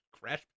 crash